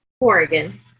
Oregon